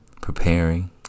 preparing